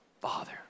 father